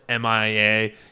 MIA